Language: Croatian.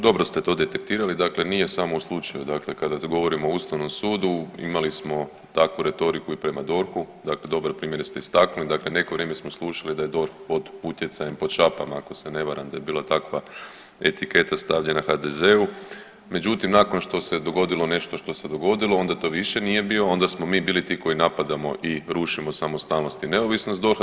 Dobro ste to detektirali, dakle nije samo u slučaju dakle kada govorimo o ustavnom sudu, imali smo takvu retoriku i prema DORH-u, dakle dobar primjer ste istaknuli, dakle neko vrijeme smo slušali da je DORH pod utjecajem, pod šapama ako se ne varam da je bila takva etiketa stavljena HDZ-u, međutim nakon što se dogodilo nešto što se dogodilo onda to više nije bio, onda smo mi bili ti koji napadamo i rušimo samostalnost i neovisnost DORH-a.